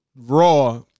raw